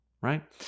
right